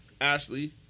Ashley